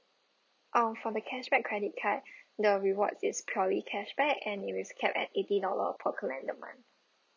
uh for the cashback credit card the rewards is purely cashback anyways kept at eighty dollar of a month